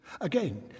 Again